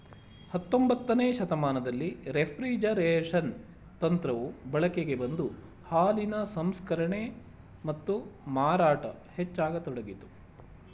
ಹತೊಂಬತ್ತನೇ ಶತಮಾನದಲ್ಲಿ ರೆಫ್ರಿಜರೇಷನ್ ತಂತ್ರವು ಬಳಕೆಗೆ ಬಂದು ಹಾಲಿನ ಸಂಸ್ಕರಣೆ ಮತ್ತು ಮಾರಾಟ ಹೆಚ್ಚಾಗತೊಡಗಿತು